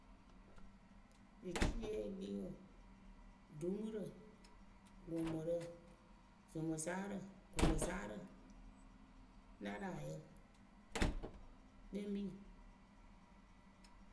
Eciye yɨ kpii wǝǝ ɖumurǝ gʊmʊsaarǝ, naraayǝ kpembi.